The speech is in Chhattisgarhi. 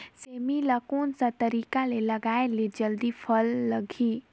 सेमी ला कोन सा तरीका से लगाय ले जल्दी फल लगही?